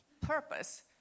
purpose